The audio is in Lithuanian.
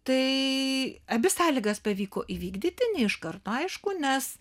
tai abi sąlygas pavyko įvykdyti ne iš karto aišku nes